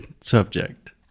subject